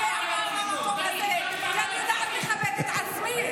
במקום הזה כי אני יודעת לכבד את עצמי,